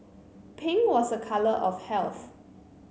pink was a colour of health